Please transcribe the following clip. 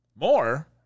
More